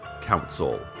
council